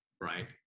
right